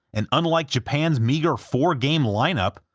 and unlike japan's meager four game lineup,